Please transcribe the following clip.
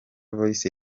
voice